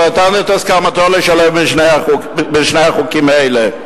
והוא נתן את הסכמתו לשלב את שני החוקים האלה.